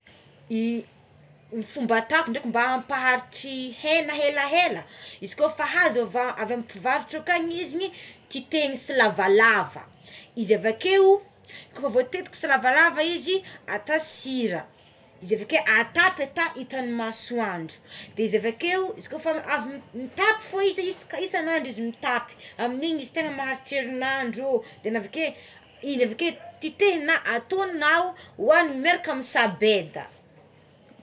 I ny fomba ataoko draiky mba hampaharitry ny hena helaela izy ko refa azo avy amin'ny mpivarotro avy akany ko izy igny titehina tsilavalava izy avakeo kôfa votetika tsilavalava izy atao sira izy avakeo atapy atapy itan'ny masoandro de izy avakeo izy ko avy mitapy fogna izy isaka isanandro izy mitapy amign'igny izy tegna maharitra erinandro de naveké de navaké tetehinao atognonao oaninao miaraka amign'ny sabedà.